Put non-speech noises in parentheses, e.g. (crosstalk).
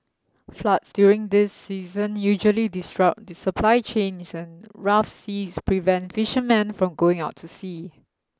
floods during this season usually disrupt (unintelligible) supply chains and rough seas prevent fishermen from going out to sea